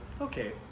okay